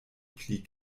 pli